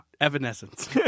Evanescence